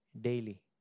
Daily